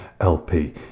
LP